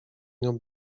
nią